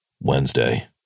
Wednesday